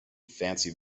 fancy